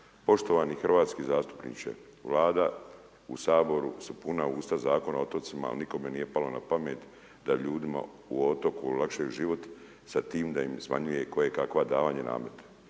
„Poštovani hrvatski zastupniče, Vladi u Saboru su puna usta Zakona o otocima ali nikome nije palo na pamet da ljudima u otoku olakšaju život sa tim da im smanjuje kojekakva davanja i namete.